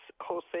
Jose